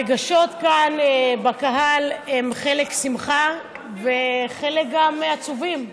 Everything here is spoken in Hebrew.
הרגשות כאן בקהל הם אצל חלק שמחה, וחלק גם עצובים.